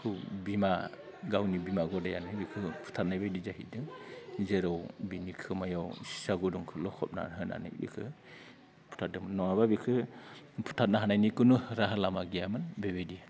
बिमा गावनि बिमा गदायानो बिखौ बुथारनाय बायदि जाहैदों जेराव बिनि खोमायाव सेहा गुदुंखौ लखबना होनानै बिखो फुथारदोंमोन नङाब्ला बिखो बुथारनो हानायनि खुनु राहा लामा गैयामोन बेबायदि